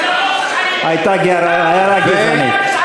הערה גזענית, הייתה הערה גזענית.